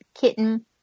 kitten